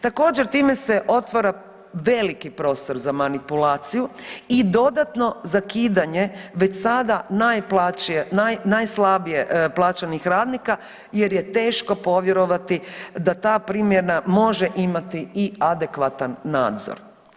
Također time se otvara veliki prostor za manipulaciju i dodatno zakidanje već sada najslabije plaćenih radnika jer je teško povjerovati da ta primjena može imati i adekvatan nadzor.